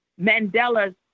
Mandela's